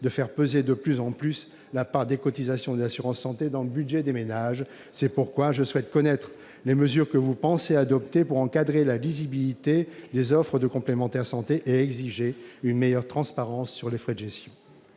de faire peser de plus en plus la part des cotisations des assurances de santé sur le budget des ménages. C'est pourquoi je souhaite connaître les mesures que vous pensez adopter pour encadrer la lisibilité des offres des complémentaires de santé et exiger une meilleure transparence sur les frais de gestion.